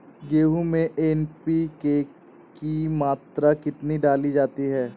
गेहूँ में एन.पी.के की मात्रा कितनी डाली जाती है?